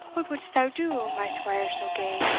what wouldst thou do, my squire so gay,